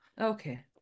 Okay